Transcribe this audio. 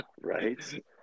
Right